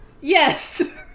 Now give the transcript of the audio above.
Yes